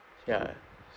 ya